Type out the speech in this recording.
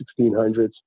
1600s